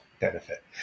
benefit